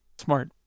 smart